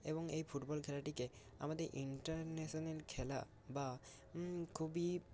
এবং এই ফুটবল খেলাটিকে আমাদের ইন্টারন্যাশনাল খেলা বা খুবই